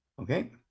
Okay